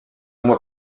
mois